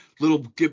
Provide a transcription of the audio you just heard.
little